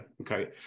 Okay